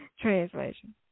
Translation